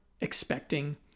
expecting